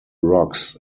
rocks